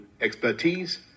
expertise